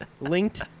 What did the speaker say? linked